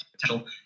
potential